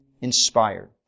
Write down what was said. inspired